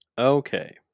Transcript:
Okay